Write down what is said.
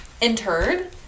interred